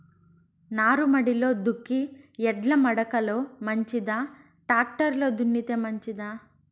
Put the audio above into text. నారుమడిలో దుక్కి ఎడ్ల మడక లో మంచిదా, టాక్టర్ లో దున్నితే మంచిదా?